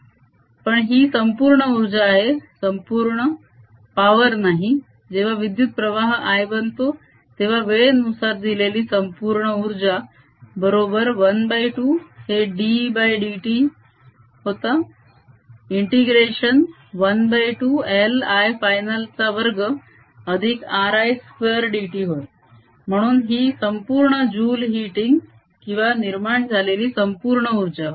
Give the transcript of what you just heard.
पण ही संपूर्ण उर्जा आहे संपूर्ण पावर नाही जेव्हा विद्युत प्रवाह I बनतो तेव्हा वेळेनुसार दिलेली संपूर्ण उर्जा बरोबर ½ हे ddt होता इंटिग्रेशन ½ LIfinal चा वर्ग अधिक RI2 dt होय म्हणून ही संपूर्ण जुल हिटिंग किंवा निर्माण झालेली संपूर्ण उर्जा होय